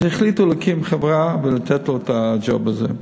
אז החליטו להקים חברה ולתת לו את הג'וב הזה.